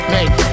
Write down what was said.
Make